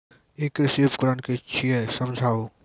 ई कृषि उपकरण कि छियै समझाऊ?